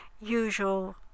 usual